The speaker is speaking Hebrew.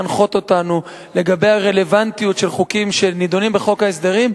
לגבי הרלוונטיות של חוקים שנדונים בחוק ההסדרים,